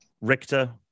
Richter